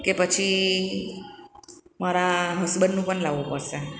કે પછી મારા હસબન્ડનું પણ લાવવું પડશે